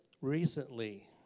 recently